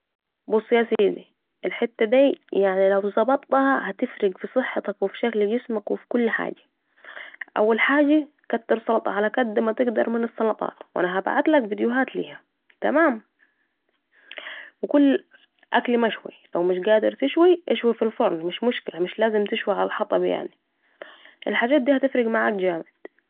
بص يا سيدي الحته دي يعني لو ظبطها هتفرق في صحتك و في شكل جسمك و في كل حاجه ، و في كل حاجه، أول وحاجة كتر سلطه على كد متقدر من السلطات وأنا هبعتلك فيديوهات ليها تمام ، و كل الأكل مشوي لو مش قادر تشويه اشوي في الفرن مش مشكلة مش لازم تشوي على الحطب يعني ،الحجات دي هتفرق معاك جامد